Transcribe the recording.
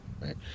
Right